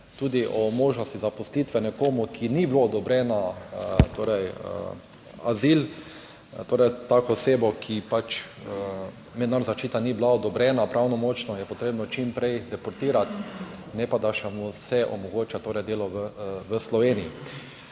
tudi o možnosti zaposlitve nekomu, ki ni bilo odobrena torej azil, torej tako osebo, ki pač mednarodna zaščita ni bila odobrena pravnomočno, je potrebno čim prej deportirati, ne pa da še mu se omogoča torej delo v Sloveniji.